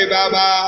Baba